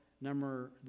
number